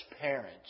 parents